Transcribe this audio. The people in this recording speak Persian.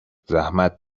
زحمت